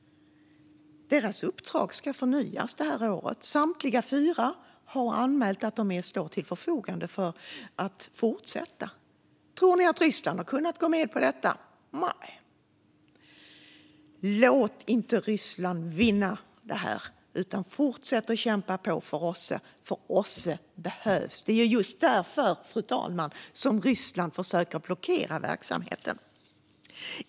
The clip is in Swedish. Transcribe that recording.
Deras uppdrag ska förnyas det här året. Samtliga fyra har anmält att de står till förfogande för att fortsätta. Tror ni att Ryssland har kunnat gå med på detta? Nej. Låt inte Ryssland vinna detta. Fortsätt att kämpa på för OSSE. OSSE behövs. Det är just därför, fru talman, som Ryssland försöker att blockera verksamheten.